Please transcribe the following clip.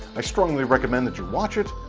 i strongly recommend that you watch it,